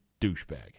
douchebag